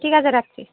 ঠিক আছে রাখছি